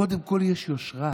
קודם כול יש יושרה.